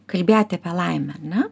kalbėti apie laimę ar ne